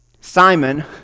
Simon